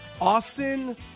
Austin